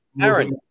Aaron